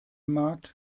markt